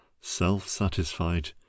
self-satisfied